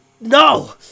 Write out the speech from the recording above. No